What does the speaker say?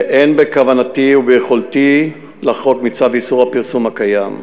ואין בכוונתי וביכולתי לחרוג מצו איסור הפרסום הקיים.